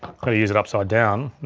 gotta use it upside down,